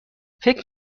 فکر